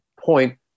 point